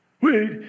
Wait